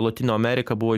lotynų amerika buvo